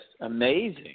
amazing